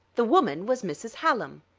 the woman was mrs. hallam.